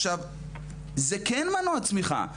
עכשיו זה כן מנוע צמיחה,